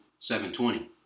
720